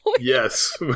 Yes